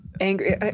angry